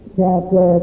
chapter